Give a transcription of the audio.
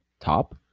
Top